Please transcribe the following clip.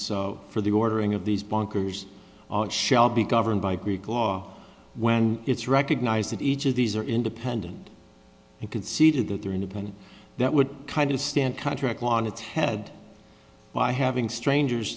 for the ordering of these bankers shall be governed by greek law when it's recognized that each of these are independent and conceded that they are independent that would kind of stand contract law on its head by having strangers